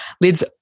Lids